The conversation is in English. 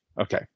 Okay